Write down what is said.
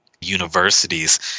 universities